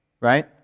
right